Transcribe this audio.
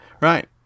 Right